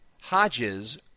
Hodges